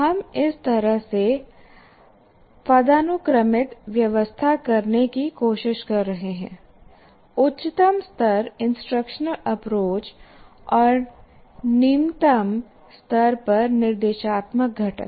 हम इस तरह से पदानुक्रमित व्यवस्था करने की कोशिश कर रहे हैं उच्चतम स्तर इंस्ट्रक्शनल अप्रोच और निम्नतम स्तर पर निर्देशात्मक घटक